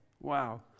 Wow